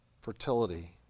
fertility